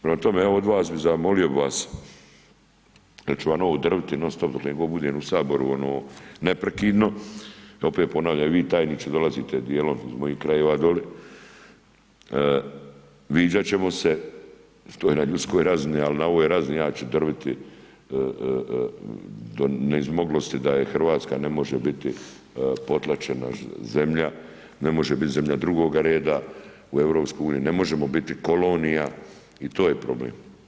Prema tome evo od vas, zamolio bi vas jer ću vam ovo drviti non-stop dokle god budem u Saboru neprekidno, opet ponavljam i vi tajniče dolazite djelom iz mojih krajeva dolje, viđat ćemo se, to je na ljudskoj razini ali na ovoj razini ja ću drviti do neizmoglosti da Hrvatska ne može biti potplaćena zemlja, ne može biti zemlja drugoga reda u EU-u, ne možemo biti kolonija i to je problem.